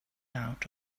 out